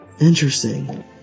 Interesting